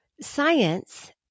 Science